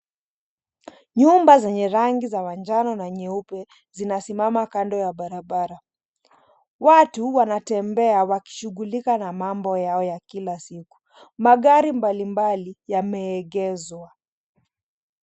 Nyumba zenye rangi za manjano na nyeupe zinasimama kando ya barabara, watu wanatembea wakishughulika na mambo yao ya kila siku. Magari mbalimbali yameegezwa.